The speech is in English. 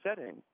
setting